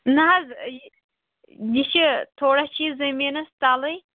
نہ حظ یہِ چھِ تھوڑا چھِ یہِ زٔمیٖنَس تَلٕے